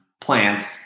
plant